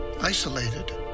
isolated